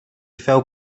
feu